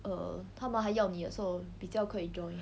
err 他们还要你的时候比较可以 join